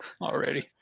already